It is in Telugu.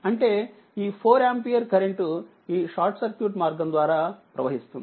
అంటే ఈ 4 ఆంపియర్ కరెంట్ ఈషార్ట్సర్క్యూట్ మార్గంద్వారా ప్రవహిస్తుంది